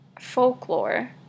folklore